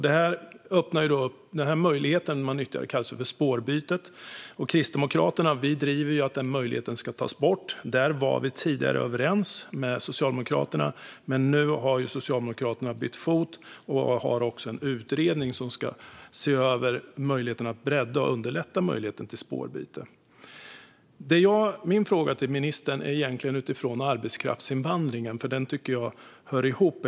Den möjlighet som man utnyttjar kallas för spårbytet, och vi i Kristdemokraterna driver att den möjligheten ska tas bort. Där var vi tidigare överens med Socialdemokraterna, men nu har de bytt fot och har tillsatt en utredning som ska se över om möjligheten till spårbyte kan breddas och underlättas. Min fråga till ministern handlar egentligen om arbetskraftsinvandringen, för jag tycker att detta hör ihop.